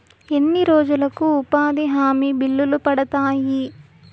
ఎన్ని రోజులకు ఉపాధి హామీ బిల్లులు పడతాయి?